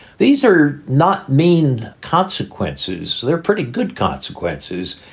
these are not main consequences. they're pretty good consequences.